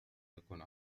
تكون